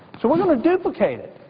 so we're going to duplicate it.